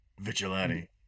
Vigilante